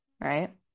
Right